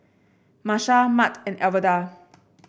Marsha Mart and Alverda